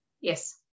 Yes